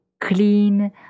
clean